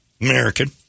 American